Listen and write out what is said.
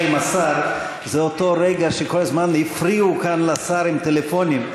עם השר" זה אותו רגע שכל הזמן הפריעו כאן לשר עם טלפונים,